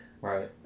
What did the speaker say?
Right